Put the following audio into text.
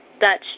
Dutch